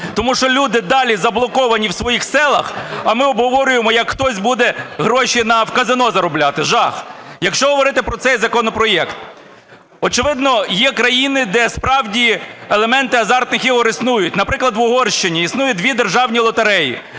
Тому що люди далі заблоковані у своїх селах, а ми обговорюємо, як хтось буде гроші в казино заробляти – жах. Якщо говорити про цей законопроект. Очевидно, є країни, де справді елементи азартних ігор існують. Наприклад, в Угорщині існує два державні лотереї,